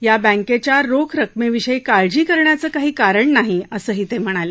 या बँकेच्या रोख रकमे विषयी काळजी करण्याचं काही कारण नाही असंही ते म्हणाले